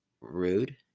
rude